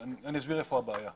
ואני אסביר איפה הבעיה.